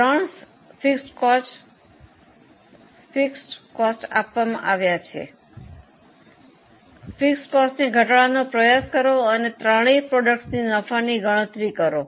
ત્રણ સ્થિર ખર્ચ આપવામાં આવ્યું છે સ્થિર ખર્ચને ઘટાડવાનો પ્રયાસ કરો અને ત્રણેય ઉત્પાદનોની નફાની ગણતરી કરો